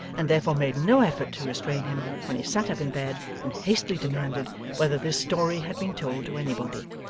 and therefore made no effort to restrain him when he sat up in bed and hastily demanded whether this story had been told to anybody.